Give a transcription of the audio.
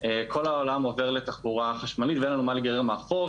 כל העולם עובר לתחבורה חשמלית ואין לנו מה להיגרר מאחור,